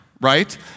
right